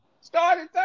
Started